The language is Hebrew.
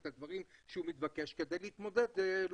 את הדברים שהוא מתבקש לשלוח כדי להתמודד כמו